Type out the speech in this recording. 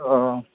औ